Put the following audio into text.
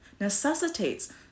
necessitates